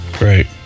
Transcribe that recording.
right